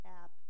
app